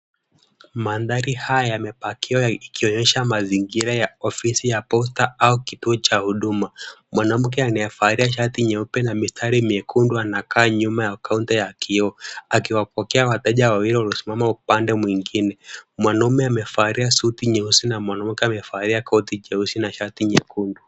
Mandhari haya yamepakiwa ikionyesha mazingira ya ofisi ya Posta au kituo cha huduma. Mwanamke anayevalia shati nyeupe na mistari miekundu anakaa nyuma ya kaunta ya kioo akiwapokea wateja wawili waliosimama upande mwingine. Mwanaume amevalia suti nyeusi na mwanamke amevalia koti jeusi na shati nyekundu.